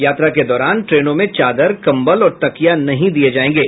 यात्रा के दौरान ट्रेनों में चादर कम्बल और तकिया नहीं दिये जायेंगे